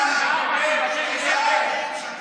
מנדטים לארבעה, ואתם בדרך לאפס.